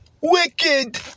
Wicked